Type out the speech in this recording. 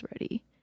ready